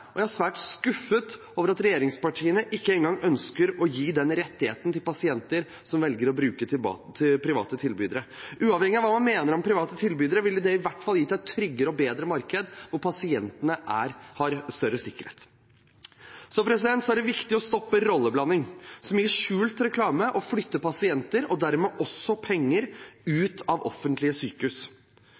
og jeg er svært skuffet over at regjeringspartiene ikke en gang ønsker å gi den rettigheten til pasienter som velger å bruke private tilbydere. Uavhengig av hva man mener om private tilbydere, ville det i hvert fall gitt et tryggere og bedre marked hvor pasientene har større sikkerhet. Så er det viktig å stoppe rolleblanding, som å gi skjult reklame og flytte pasienter og dermed også penger ut av offentlige sykehus.